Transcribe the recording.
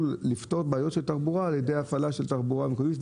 לפתור בעיות של תחבורה על ידי הפעלה של תחבורה מקומית.